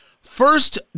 First